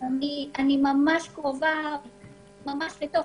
אני יכולה להמשיך לדבר?